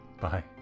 bye